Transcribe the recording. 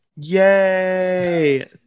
yay